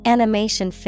Animation